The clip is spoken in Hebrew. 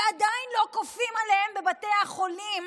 ועדיין לא כופים עליהם בבתי החולים